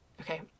okay